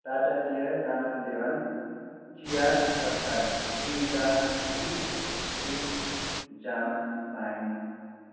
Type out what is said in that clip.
टाटा चिया कानन देवन चियाको सट्टा क्रिमिका मिक्स फ्रुट जाम पाएँ